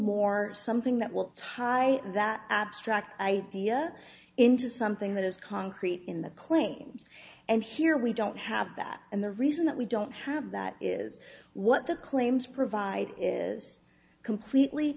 more something that will tie that abstract idea into something that is concrete in the claims and here we don't have that and the reason that we don't have that is what the claims provide is completely